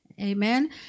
amen